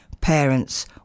parents